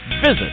Visit